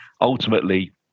Ultimately